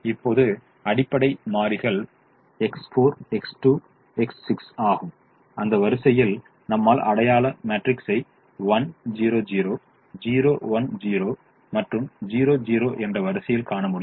இப்போது அடிப்படை மாறிகள் X4 X2 X6 ஆகும் அந்த வரிசையில் நம்மால் அடையாள மேட்ரிக்ஸை 1 0 0 0 1 0 மற்றும் 0 0 என்ற வரிசையில் காண முடியும்